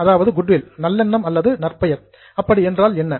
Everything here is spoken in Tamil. சரி குட்வில் நல்லெண்ணம் அல்லது நற்பெயர் என்றால் என்ன